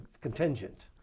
contingent